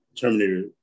Terminator